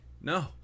no